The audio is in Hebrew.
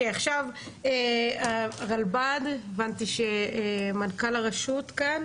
מנכ"ל הרלב"ד, בבקשה.